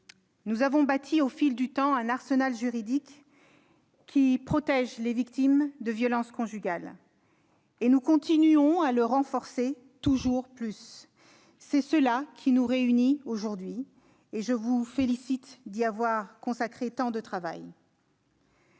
nous avons bâti au fil du temps un arsenal juridique qui protège les victimes de violences conjugales. Nous continuons de le renforcer ; c'est cela qui nous réunit aujourd'hui et je vous félicite d'y avoir consacré tant de travail.